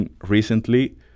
recently